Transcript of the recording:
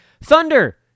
Thunder